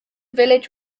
village